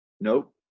Nope